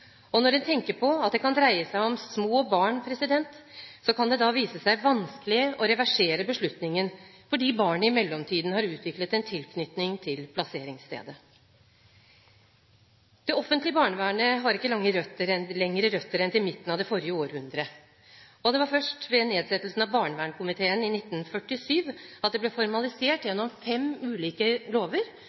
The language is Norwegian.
Når en tenker på at det kan dreie seg om små barn, kan det vise seg vanskelig å reversere beslutningen, fordi barnet i mellomtiden har utviklet en tilknytning til plasseringsstedet. Det offentlige barnevernet har ikke lengre røtter enn til midten av det forrige århundre. Det var først ved nedsettelsen av barnevernkomiteen i 1947 at det ble formalisert gjennom fem ulike lover,